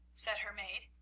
said her maid.